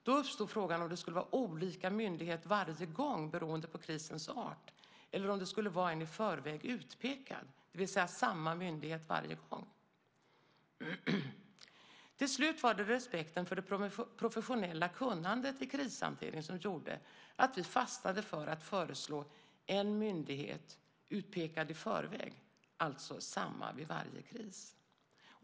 Då uppstod frågan om det skulle vara olika myndigheter varje gång beroende på krisens art eller om det skulle vara en i förväg utpekad, det vill säga samma myndighet varje gång. Till slut var det respekten för det professionella kunnandet i krishantering som gjorde att vi fastnade för att föreslå en myndighet utpekad i förväg, alltså samma vid varje kris.